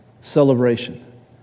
Celebration